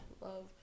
love